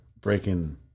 breaking